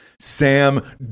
Sam